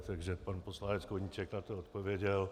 Takže pan poslanec Koníček na to odpověděl.